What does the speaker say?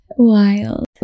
wild